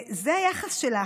זה היחס שלך.